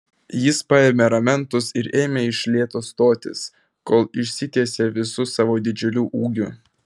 jis paėmė ramentus ir ėmė iš lėto stotis kol išsitiesė visu savo didžiuliu ūgiu